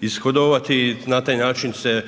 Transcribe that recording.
ishodovati i na taj način se